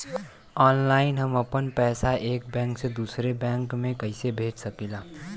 Online हम आपन पैसा एक बैंक से दूसरे बैंक में कईसे भेज सकीला?